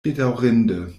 bedaŭrinde